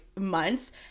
months